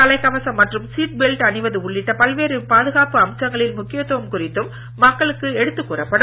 தலைக் கவசம் மற்றும் seat belt அணிவது உள்ளிட்ட பல்வேறு பாதுகாப்பு அம்சங்களின் முக்கியத்துவம் குறித்து மக்களுக்கு எடுத்துக் கூறப்படும்